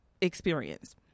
experience